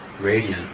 radiant